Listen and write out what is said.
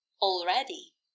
Already